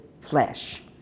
flesh